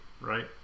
Right